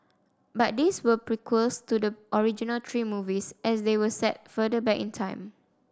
but these were prequels to the original three movies as they were set further back in time